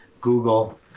Google